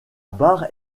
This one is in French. barre